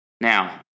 Now